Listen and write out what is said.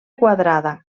quadrada